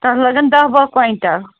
تَتھ لگن دَہ باہ کوینٛٹَل